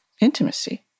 intimacy